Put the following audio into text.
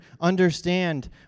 understand